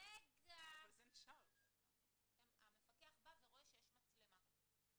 רגע, המפקח בא ורואה שיש מצלמה.